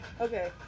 okay